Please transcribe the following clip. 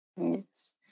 Yes